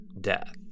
death